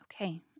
Okay